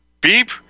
beep